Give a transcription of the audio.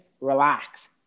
relax